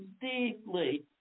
deeply